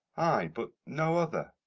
ay but no other?